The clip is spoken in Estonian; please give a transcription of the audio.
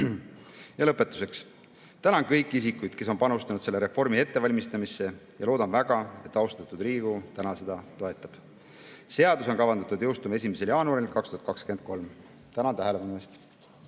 lõpetuseks. Tänan kõiki isikuid, kes on panustanud selle reformi ettevalmistamisse, ja loodan väga, et austatud Riigikogu täna seda toetab. Seadus on kavandatud jõustuma 1. jaanuaril 2023. Tänan tähelepanu eest!